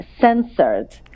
censored